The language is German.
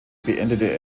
beendete